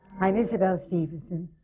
i'm isabelle stevenson,